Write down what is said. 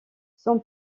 son